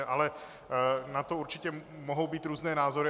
Ale na to určitě mohou být různé názory.